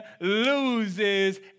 loses